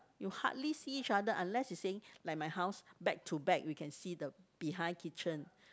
you hardly see each other unless you saying like my house back to back you can see the behind kitchen